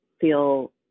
feel